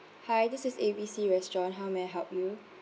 hi this is A B C restaurant how may I help you